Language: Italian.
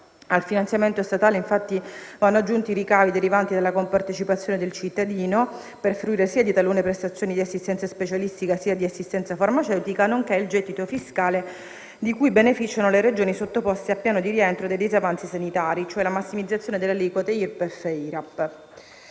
al finanziamento statale, infatti, vanno aggiunti i ricavi derivanti dalla compartecipazione del cittadino per fruire sia di talune prestazioni di assistenza specialistica, sia di assistenza farmaceutica, nonché il gettito fiscale di cui beneficiano le Regioni sottoposte a piano di rientro dai disavanzi sanitari, cioè la massimizzazione delle aliquote IRPEF e IRAP.